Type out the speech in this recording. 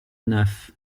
neuf